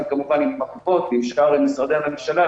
כמובן ביחד עם הקופות ועם שאר משרדי הממשלה,